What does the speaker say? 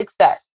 success